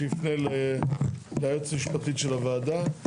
שיפנה ליועצת המשפטית של הוועדה,